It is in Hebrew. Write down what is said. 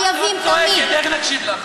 חייבים תמיד, את רק צועקת, איך נקשיב לך?